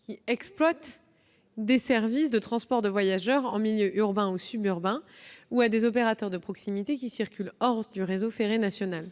qui exploitent des services de transport de voyageurs en milieu urbain ou suburbain, ou à des opérateurs de proximité qui circulent hors du réseau ferré national.